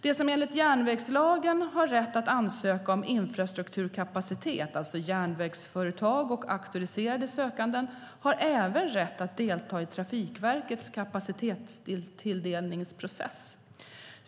De som enligt järnvägslagen har rätt att ansöka om infrastrukturkapacitet - järnvägsföretag och auktoriserade sökande - har även rätt att delta i Trafikverkets kapacitetstilldelningsprocess.